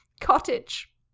cottage